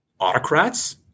autocrats